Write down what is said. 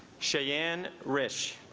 shane risch